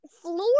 Floor